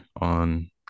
on